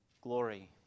glory